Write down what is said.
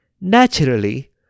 Naturally